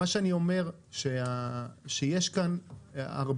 מה שאני אומר שיש כאן הרבה,